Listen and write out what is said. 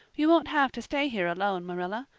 you won't have to stay here alone, marilla.